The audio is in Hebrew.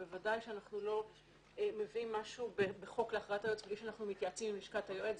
אנחנו לא מביאים משהו להכרעת היועץ מבלי שאנחנו מתייעצים עם לשכת היועץ.